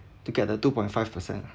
to get the two point five per cent ah